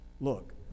Look